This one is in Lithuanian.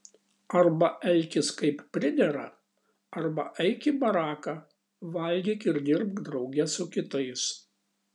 arba elkis kaip pridera arba eik į baraką valgyk ir dirbk drauge su kitais